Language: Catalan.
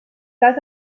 cas